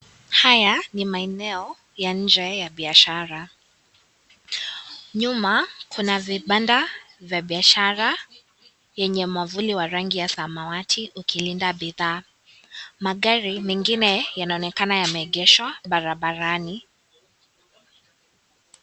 Haya ni maeneo ya nje ya biashara, nyuma kuna vibanda vya biashara yenye mwavuli wa rangi ya samawati ikilinda bidhaa, magari mengine yanaonekana yameegeshwa barabarani.